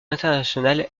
internationale